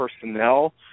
personnel